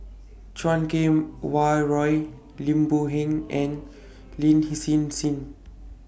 Chan Kum Wah Roy Lim Boon Heng and Lin Hsin Hsin